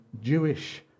Jewish